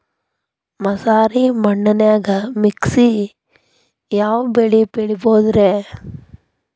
ಮಸಾರಿ ಮಣ್ಣನ್ಯಾಗ ಮಿಕ್ಸ್ ಯಾವ ಬೆಳಿ ಬೆಳಿಬೊದ್ರೇ?